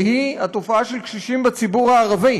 והיא התופעה של קשישים בציבור הערבי.